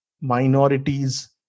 minorities